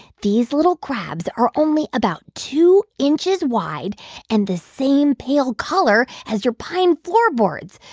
these little crabs are only about two inches wide and the same pale color as your pine floorboards.